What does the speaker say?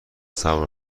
سوار